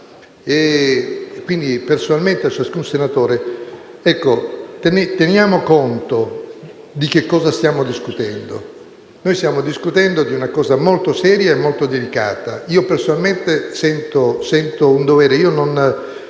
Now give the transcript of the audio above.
e personalmente a ciascun senatore. Teniamo conto di cosa stiamo discutendo. Stiamo discutendo di una cosa molto seria e delicata. Io personalmente sento un dovere.